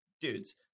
dudes